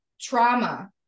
trauma